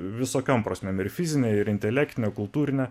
visokiom prasmėm ir fizine ir intelektine kultūrine